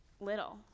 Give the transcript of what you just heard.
little